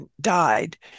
died